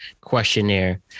questionnaire